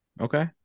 okay